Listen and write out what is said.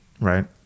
right